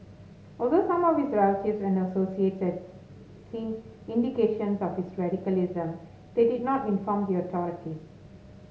although some of his relatives and associates seen indications of his radicalism they did not inform their authorities